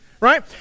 right